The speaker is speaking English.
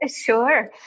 Sure